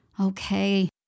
okay